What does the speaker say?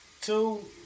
Two